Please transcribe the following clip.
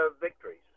victories